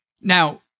Now